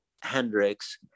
Hendrix